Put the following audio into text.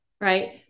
right